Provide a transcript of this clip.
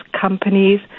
companies